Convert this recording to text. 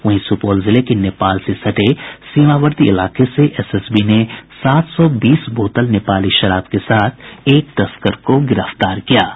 वहीं सुपौल जिले के नेपाल से सटे सीमावर्ती इलाके से एसएसबी ने सात सौ बीस बोतल नेपाली शराब के साथ एक तस्कर को गिरफ्तार किया है